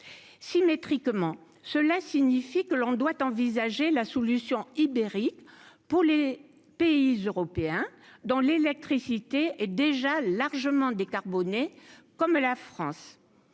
symétriquement, cela signifie que l'on doit envisager la solution ibérique pour les pays européens dans l'électricité est déjà largement décarbonés comme la France,